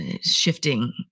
shifting